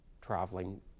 traveling